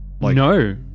No